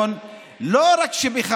זה לא חוק שנוגע